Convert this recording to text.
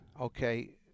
Okay